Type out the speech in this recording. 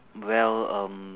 well um